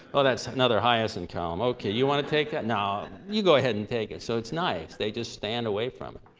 oh that's another hiaasen column. okay. you wanna take that? no you go ahead and take it. so it's nice. they just stand away from it.